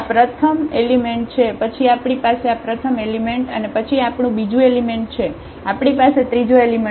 આ પ્રથમ એલિમેન્ટછે પછી આપણી પાસે આ પ્રથમ એલિમેન્ટછે અને પછી આપણું બીજું એલિમેન્ટછે આપણી પાસે ત્રીજો એલિમેન્ટછે